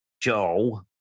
joe